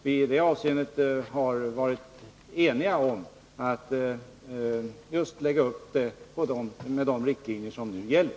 Vi har alltså varit eniga om de riktlinjer som nu gäller.